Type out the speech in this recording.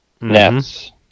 nets